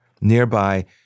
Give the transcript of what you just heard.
Nearby